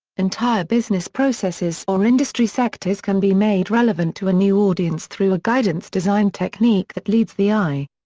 entire business processes or industry sectors can be made relevant to a new audience through a guidance design technique that leads the eye.